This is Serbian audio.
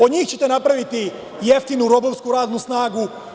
Od njih ćete napraviti jeftinu robovsku radnu snagu.